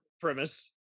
premise